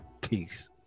Peace